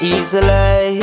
Easily